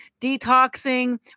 detoxing